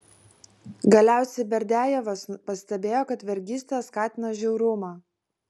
galiausiai berdiajevas pastebėjo kad vergystė skatina žiaurumą